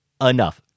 enough